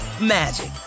magic